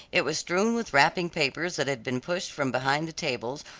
it was strewn with wrapping papers that had been pushed from behind the tables,